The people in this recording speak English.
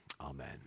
amen